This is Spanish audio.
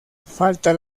falta